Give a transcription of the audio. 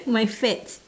my fats